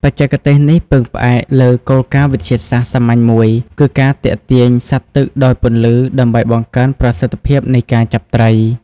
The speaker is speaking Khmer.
បច្ចេកទេសនេះពឹងផ្អែកលើគោលការណ៍វិទ្យាសាស្ត្រសាមញ្ញមួយ គឺការទាក់ទាញសត្វទឹកដោយពន្លឺ ដើម្បីបង្កើនប្រសិទ្ធភាពនៃការចាប់ត្រី។